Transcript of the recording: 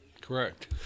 Correct